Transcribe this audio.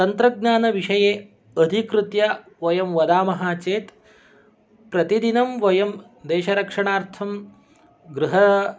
तन्त्रज्ञानविषये अधिकृत्य वयं वदामः चेत् प्रतिदिनं वयं देशरक्षणार्थं गृह